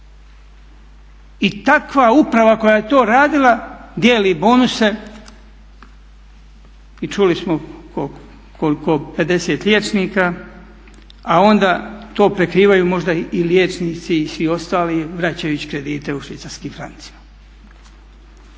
I takva uprava koja je to radila dijeli bonuse i čuli smo koliko, 50 liječnika, a onda to prekrivaju možda i liječnici i svi ostali vraćajući kredite u švicarskim francima.